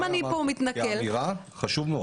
אני פה מתנכל -- כאמירה זה חשוב מאוד.